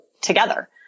together